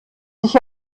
sich